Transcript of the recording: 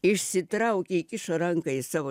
išsitraukė įkišo ranką į savo